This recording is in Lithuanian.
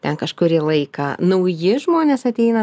ten kažkurį laiką nauji žmonės ateina